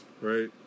right